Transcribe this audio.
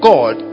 God